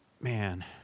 Man